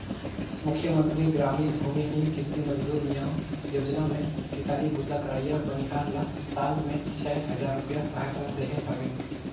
मुख्यमंतरी गरामीन भूमिहीन कृषि मजदूर नियाव योजना में किसानी बूता करइया बनिहार ल साल में छै हजार रूपिया सहायता देहे हवे